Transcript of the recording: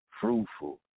fruitful